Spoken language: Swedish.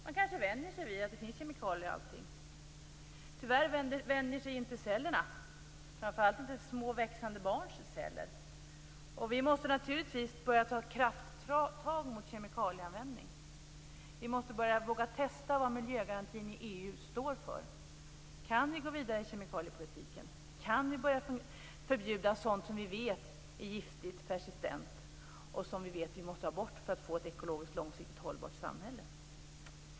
Man kanske vänjer sig vid att det finns kemikalier i allting. Tyvärr vänjer sig inte cellerna, framför allt inte växande barns celler. Vi måste naturligtvis börja ta krafttag mot kemikalieanvändning. Vi måste börja våga testa vad miljögarantin i EU står för. Kan vi gå vidare i kemikaliepolitiken? Kan vi börja förbjuda sådant som vi vet är giftigt, persistent, och som vi vet att vi måste ha bort för att få ett ekologiskt, långsiktigt hållbart samhälle.